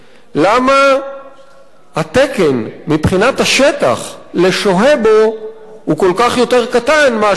למה התקן מבחינת השטח לשוהה בו הוא כל כך יותר קטן מאשר,